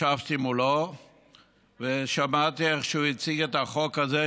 ישבתי מולו ושמעתי איך הוא הציג את החוק הזה,